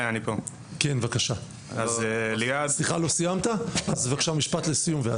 מירון, משפט לסיום.